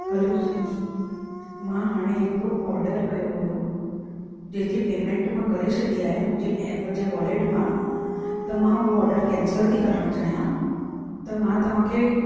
हलो Swiggy मां हाणे हिकिड़ो ऑडर कयो हुयो जंहिंजी पेमैंट मां करे छॾी आहे मुंहिंजे एप जे वॉलेट मां त मां उहो ऑडर कैंसिल थी करणु चाहियां त मां तव्हां खे